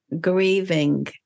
grieving